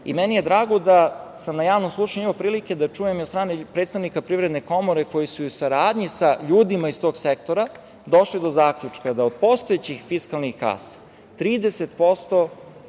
kasa. Meni je drago da sam na javnom slušanju imao prilike da čujem od strane predstavnika Privredne komore, koji su u saradnji sa ljudima iz tog sektora došli do zaključka da od postojećih fiskalnih kasa 30%